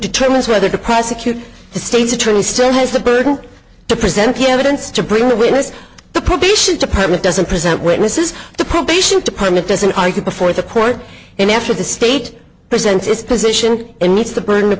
determines whether to prosecute the state's attorney still has the burden to present evidence to bring a witness the probation department doesn't present witnesses the probation department doesn't argue before the court and after the state presents its position and meets the burden of